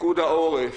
פיקוד העורף.